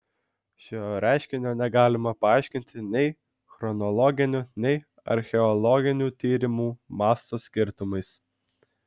šio reiškinio negalima paaiškinti nei chronologiniu nei archeologinių tyrimų masto skirtumais